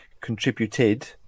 contributed